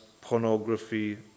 pornography